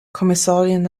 kommissarien